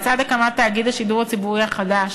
לצד הקמת תאגיד שידור ציבורי חדש,